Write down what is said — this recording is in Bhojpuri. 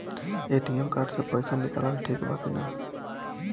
ए.टी.एम कार्ड से पईसा निकालल ठीक बा की ना?